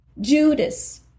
Judas